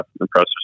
impressive